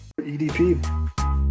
EDP